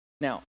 Now